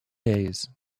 days